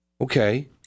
Okay